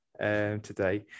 today